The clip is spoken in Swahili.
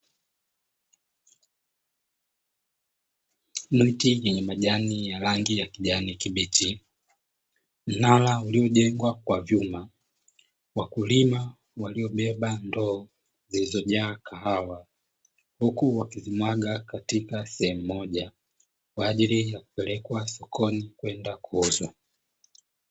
Miti ya rangi ya kijani kibichi, mnara uliojengwa kwa vyuma, wakulima waliobeba ndoo zilizobeba kahawa huku wakizimwaga katika sehemu moja, kwa ajili ya kupelekwa sokoni kwenda kuuzwa.